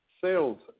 sales